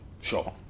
Sure